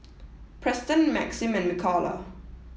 Preston Maxim and Mikala